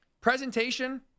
Presentation